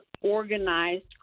organized